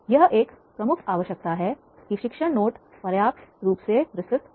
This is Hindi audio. यह एक प्रमुख आवश्यकता है कि शिक्षण नोट पर्याप्त रूप से विस्तृत हो